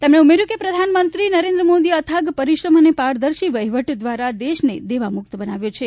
તેમણે ઉમેર્યું કે પ્રધાનમંત્રી મોદીએ અથાગ પરિશ્રમ અને પારદર્શી વહીવટ દ્વારા દેશને દેવા મુક્ત બનાવ્યો છે